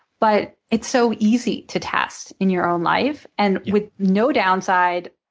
but it's so easy to test in your own life and with no downside.